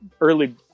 early